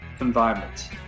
environment